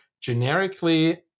generically